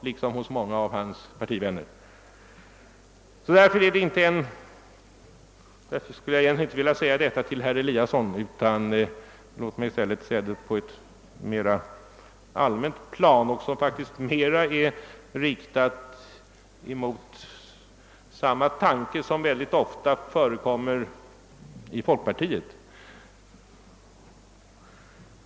Låt mig i stället mera allmänt rikta mig mot tankar som ofta förs fram av folkpartiet.